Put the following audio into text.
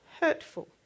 hurtful